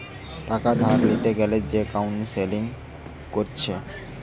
টাকা ধার লিতে গ্যালে যে কাউন্সেলিং কোরছে